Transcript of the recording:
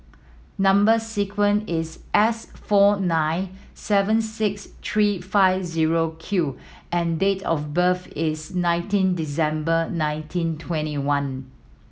number sequence is S four nine seven six three five zero Q and date of birth is nineteen December nineteen twenty one